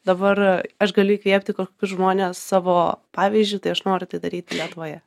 dabar aš galiu įkvėpti kokius žmones savo pavyzdžiu tai aš noriu tai daryti lietuvoje